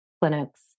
clinics